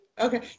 Okay